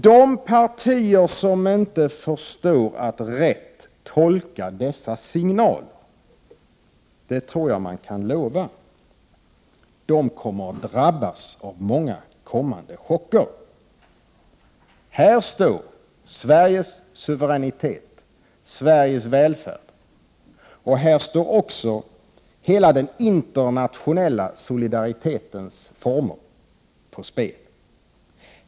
De partier som inte förstår att rätt tolka dessa signaler kommer att drabbas av många chocker, det tror jag man kan lova. Här står Sveriges suveränitet, Sveriges välfärd, liksom hela den internationella solidaritetens former, på spel.